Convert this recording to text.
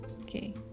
Okay